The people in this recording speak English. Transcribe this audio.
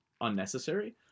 unnecessary